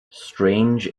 strange